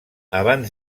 abans